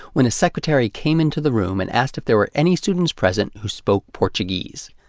when a secretary came into the room and asked if there were any students present who spoke portuguese.